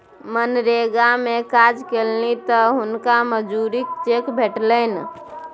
मनरेगा मे काज केलनि तँ हुनका मजूरीक चेक भेटलनि